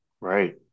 Right